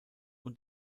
und